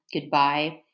goodbye